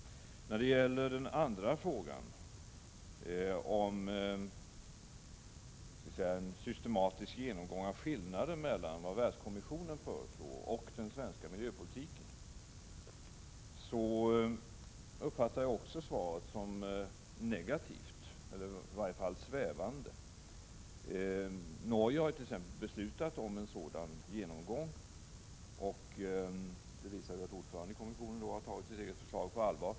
När det gäller den andra frågan, som handlar om en systematisk genomgång av skillnaden mellan Världskommissionens förslag och den svenska miljöpolitiken, uppfattar jag också svaret som negativt, eller i varje fallsvävande. Norge hart.ex. beslutat om en sådan genomgång, och det visar att ordföranden i kommissionen har tagit sitt eget förslag på allvar.